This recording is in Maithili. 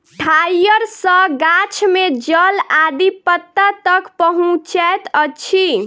ठाइड़ सॅ गाछ में जल आदि पत्ता तक पहुँचैत अछि